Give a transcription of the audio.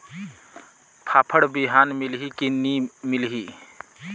फाफण बिहान मिलही की नी मिलही?